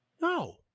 No